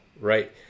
Right